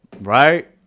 right